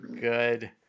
Good